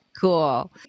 Cool